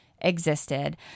existed